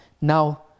now